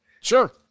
Sure